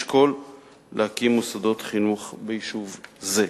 ישקול להקים מוסדות חינוך ביישוב זה.